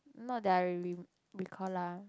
not that I re recall lah